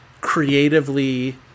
creatively